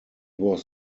was